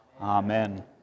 Amen